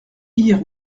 hier